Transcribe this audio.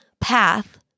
path